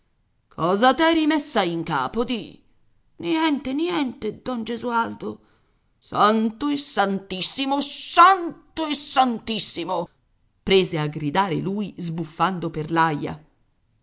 cosa t'eri messa in capo di niente niente don gesualdo santo e santissimo santo e santissimo prese a gridare lui sbuffando per